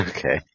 Okay